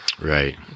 Right